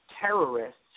terrorists